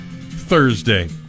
Thursday